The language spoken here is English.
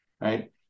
right